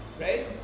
right